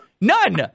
none